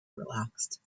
relaxed